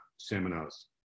seminars